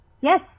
yes